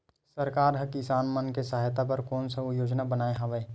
सरकार हा किसान मन के सहायता बर कोन सा योजना बनाए हवाये?